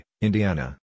Indiana